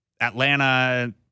Atlanta